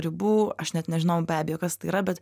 ribų aš net nežinojau be abejo kas tai yra bet